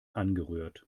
angerührt